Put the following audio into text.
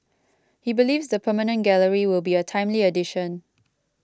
he believes the permanent gallery will be a timely addition